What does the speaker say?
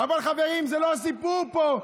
אבל, חברים, זה לא הסיפור פה.